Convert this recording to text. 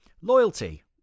loyalty